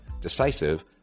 decisive